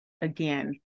again